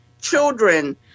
children